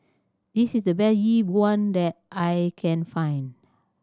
this is the best Yi Bua that I can find